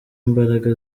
mbaraga